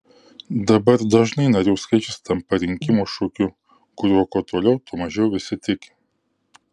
dabar dažnai narių skaičius tampa rinkimų šūkiu kuriuo kuo toliau tuo mažiau visi tiki